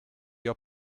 your